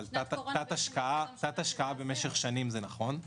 אבל תת השקעה במשך שנים זה נכון.